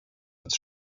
als